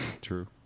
True